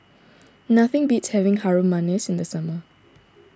nothing beats having Harum Manis in the summer